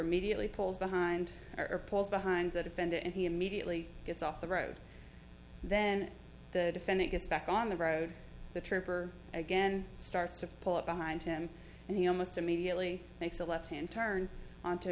immediately pulls behind or pulls behind the defendant and he immediately gets off the road then the defendant gets back on the road the trooper again starts to pull up behind him and he almost immediately makes a left hand turn onto